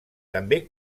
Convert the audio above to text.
també